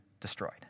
destroyed